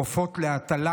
עופות להטלה.